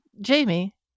jamie